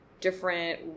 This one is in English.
different